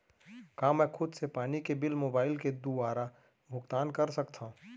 का मैं खुद से पानी के बिल मोबाईल के दुवारा भुगतान कर सकथव?